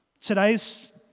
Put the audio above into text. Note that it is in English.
today's